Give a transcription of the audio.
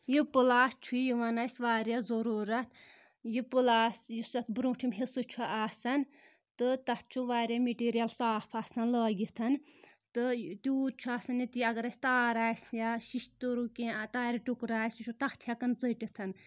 یہِ پٔلاس چھُ یِوان اَسہِ واریاہ ضٔروٗرت یہِ پٔلاس یُس یَتھ برونٛٹھِم حِصہٕ چھُ آسان تہٕ تَتھ چھُ واریاہ میٹیٖریَل صاف آسان لٲگِتھ تہٕ تیوٗت چھُ آسان ییٚتہِ اگر اَسہِ تار آسہِ یا شیشترٕے کینٛہہ تارِ ٹُکرٕ آسہِ یہِ چھُ تَتھ ہؠکَان ژٔٹِتھ